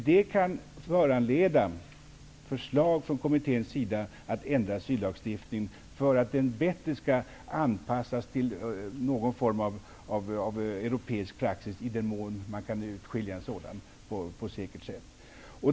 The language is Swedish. Detta kan föranleda förslag från kommitténs sida om att ändra asyllagstiftningen, för att den skall anpassas till någon form av europeisk praxis -- i den mån en sådan kan urskiljas på ett säkert sätt.